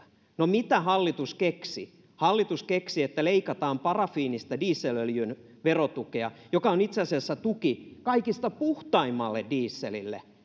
no mitä hallitus keksi hallitus keksi että leikataan parafiinisen dieselöljyn verotukea joka on itse asiassa tuki kaikista puhtaimmalle dieselille